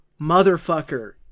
Motherfucker